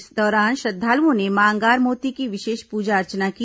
इस दौरान श्रद्धालुओं ने मां अंगार मोती की विशेष पूजा अर्चना की